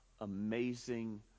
amazing